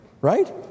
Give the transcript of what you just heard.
Right